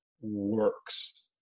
works